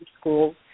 school